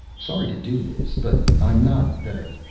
sorry to do this. but i'm not, ah,